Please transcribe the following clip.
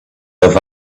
have